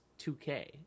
2K